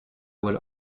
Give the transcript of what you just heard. would